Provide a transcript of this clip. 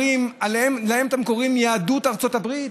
להם אתם קוראים יהדות ארצות הברית?